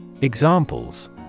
Examples